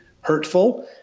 hurtful